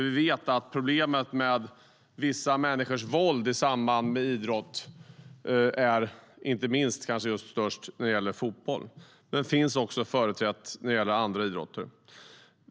Vi vet att problemet med vissa människors våld i samband med idrott är störst när det gäller fotboll, men det finns också företrätt när det gäller andra idrotter.